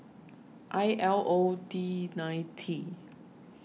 I L O D nine T